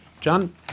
John